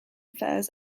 affairs